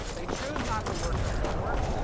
they chose not to work the homework.